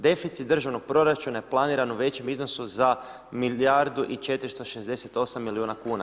Deficit državnog proračuna je planiran u većom iznosu za milijardu i 468 milijuna kuna“